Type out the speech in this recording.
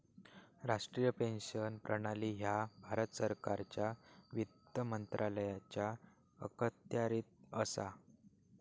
राष्ट्रीय पेन्शन प्रणाली ह्या भारत सरकारच्या वित्त मंत्रालयाच्या अखत्यारीत असा